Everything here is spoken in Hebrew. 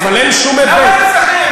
אבל אין שום היבט, למה אצלכם?